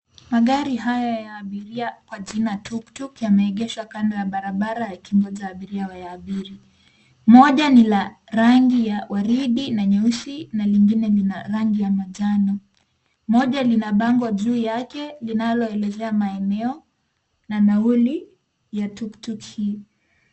Magari haya ya abiria kwa jina Tuktuk yameegeshwa kando ya barabara yakingoja abiria wa yaabiri. Moja ni la rangi ya waridi na nyeusi na lingine lina rangi ya manjano. Moja lina bango juu yake linaloelezea maeneo na nauli ya Tuktuk hii.